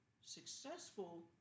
successful